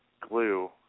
glue